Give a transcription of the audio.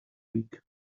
week